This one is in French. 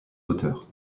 auteurs